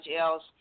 else